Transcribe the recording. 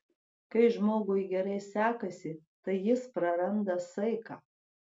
kai žmogui gerai sekasi tai jis praranda saiką